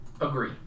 agree